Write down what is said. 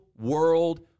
world